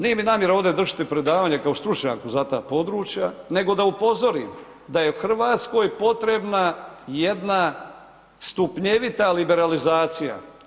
Nije mi namjera ovdje držati predavanje kao stručnjak za ta područja nego da upozorim da je Hrvatskoj potrebna jedna stupnjevita liberalizacija.